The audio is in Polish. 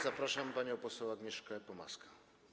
Zapraszam panią poseł Agnieszkę Pomaską.